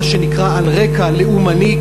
מה שנקרא על רקע לאומני,